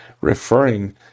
referring